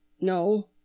No